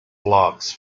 blocks